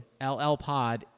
LLPOD